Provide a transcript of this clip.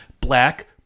black